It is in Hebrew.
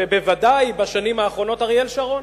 ובוודאי בשנים האחרונות, אריאל שרון.